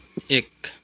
एक